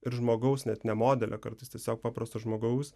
ir žmogaus net ne modelio kartais tiesiog paprasto žmogaus